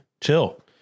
chill